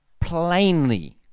plainly